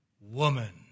woman